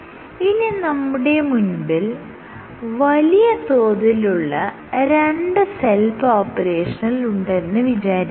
ഇനി നമ്മുടെ മുൻപിൽ വലിയ തോതിലുള്ള രണ്ട് സെൽ പോപുലേഷനുകൾ ഉണ്ടെന്ന് വിചാരിക്കുക